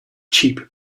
cheap